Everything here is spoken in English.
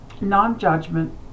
non-judgment